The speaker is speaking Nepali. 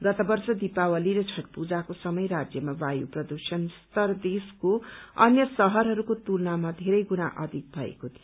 गत वर्ष दिपावली र छठ पूजाको समय राज्यमा वायु प्रदुषणको स्तर देशको अन्य शहरहरूको तुलनामा धेरै गुणा अधिक भएको थियो